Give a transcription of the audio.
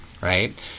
right